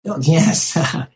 Yes